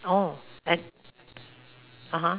orh I (uh huh)